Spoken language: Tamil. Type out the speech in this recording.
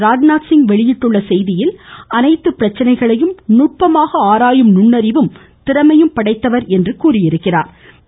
ராஜ்நாத்சிங் வெளியிட்டுள்ள செய்தியில் அனைத்து பிரச்சனைகளையும் நட்பமாக ஆராயும் நுண்ணறிவும் திறமையும் படைத்தவர் என்று புகழாரம் சூட்டினார்